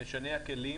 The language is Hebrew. מה שמשנה זה הכלים